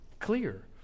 clear